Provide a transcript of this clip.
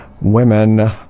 women